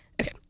Okay